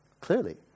clearly